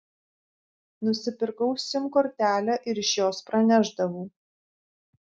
nusipirkau sim kortelę ir iš jos pranešdavau